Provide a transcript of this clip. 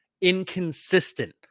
inconsistent